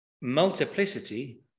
multiplicity